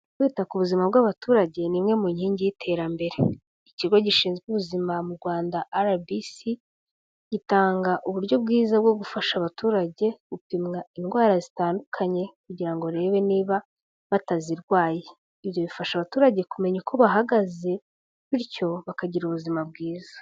Kwita ku buzima bw'abaturage ni imwe mu nkingi y'iterambere. Ikigo gishinzwe ubuzima mu Rwanda RBC, gitanga uburyo bwiza bwo gufasha abaturage gupimwa indwara zitandukanye, kugira ngo barebe niba batazirwaye. Ibyo bifasha abaturage kumenya uko bahagaze, bityo bakagira ubuzima bwiza.